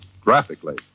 graphically